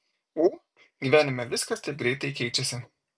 ū gyvenime viskas taip greitai keičiasi